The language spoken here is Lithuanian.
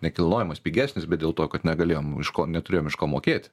nekilnojamas pigesnis bet dėl to kad negalėjom iš ko neturėjom iš ko mokėti